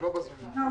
הוא לא ב-זום.